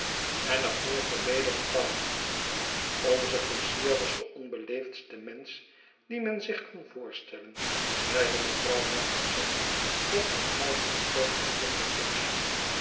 en er volgde weder een pauze onze koetsier was de onbeleefdste mensch dien men zich kan voorstellen zeide mevrouw maplesone op vertrouwelyken toon tot juffrouw tibbs